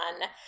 one